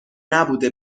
نبوده